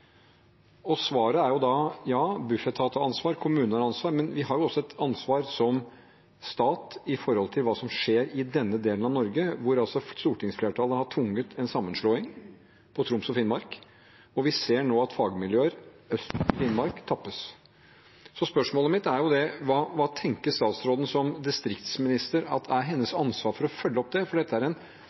Svaret er jo at Bufetat har ansvar, og at kommunene har ansvar, men vi har jo også et ansvar som stat for det som skjer i denne delen av Norge, hvor stortingsflertallet har tvunget gjennom en sammenslåing av Troms og Finnmark. Vi ser nå at fagmiljøer øst i Finnmark tappes. Spørsmålet mitt er: Hva tenker statsråden er hennes ansvar som distriktsminister for å følge opp det? Dette er